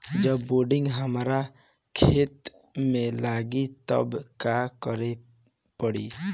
जब बोडिन हमारा खेत मे लागी तब का करे परी?